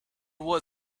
what